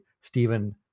Stephen